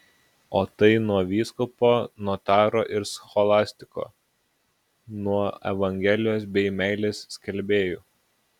o tai nuo vyskupo notaro ir scholastiko nuo evangelijos bei meilės skelbėjų